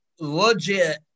legit